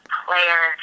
player